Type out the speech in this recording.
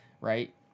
right